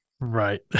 Right